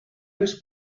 les